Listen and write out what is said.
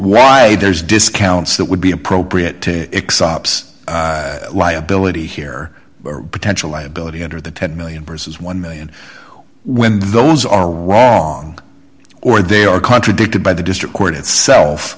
why there's discounts that would be appropriate to excite ups liability here or potential liability under the ten million versus one million or when those are wrong or they are contradicted by the district court itself